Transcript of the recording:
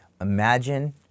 Imagine